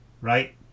right